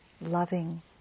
loving